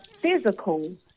physical